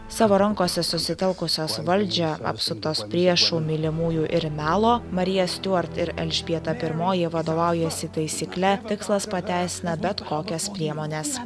savo rankose susitelkusios valdžią apsuptos priešų mylimųjų ir melo marija stiuart ir elžbieta pirmoji vadovaujasi taisykle tikslas pateisina bet kokias priemones